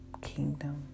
kingdom